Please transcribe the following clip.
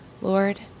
Lord